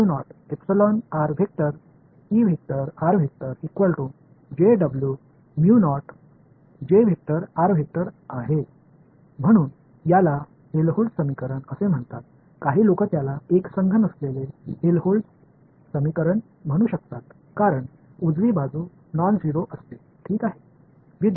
म्हणून याला हेल्होल्ट्ज समीकरण असे म्हणतात काही लोक त्याला एकसंध नसलेले हेल्होल्ट्ज समीकरण म्हणू शकतात कारण उजवि बाजू नॉन झेरो असते ठीक आहे